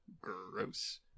gross